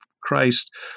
Christ